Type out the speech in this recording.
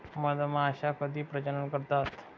मधमाश्या कधी प्रजनन करतात?